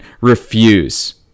refuse